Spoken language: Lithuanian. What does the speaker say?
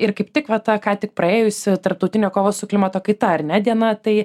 ir kaip tik va ta ką tik praėjusi tarptautinė kovos su klimato kaita ar ne diena tai